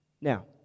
Now